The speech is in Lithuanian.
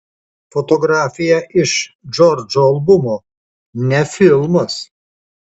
fotografija iš džordžo albumo ne filmas